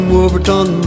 Wolverton